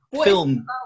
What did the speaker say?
film